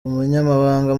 umunyamabanga